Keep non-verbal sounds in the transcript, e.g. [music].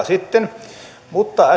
[unintelligible] sitten mutta [unintelligible]